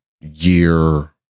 year